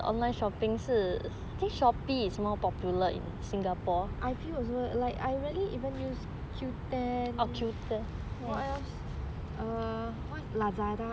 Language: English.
I feel also leh I rarely even use qoo ten err what lazada